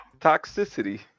toxicity